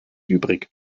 übrig